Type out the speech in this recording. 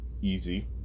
Easy